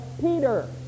Peter